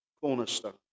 cornerstone